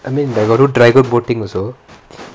I mean I got do dragon boating also